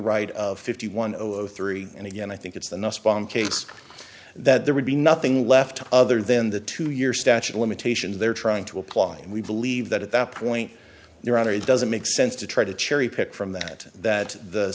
right of fifty one zero zero three and again i think it's the nussbaum case that there would be nothing left other than the two year statute of limitations they're trying to apply and we believe that at that point there are it doesn't make sense to try to cherry pick from that that the